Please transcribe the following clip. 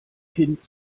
kind